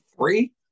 Three